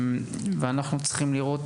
ואנחנו צריכים לראות,